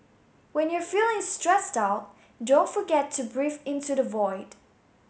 when you are feeling stressed out don't forget to breathe into the void